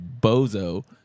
bozo